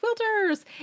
quilters